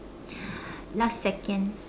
last second